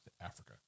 Africa